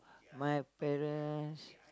my parents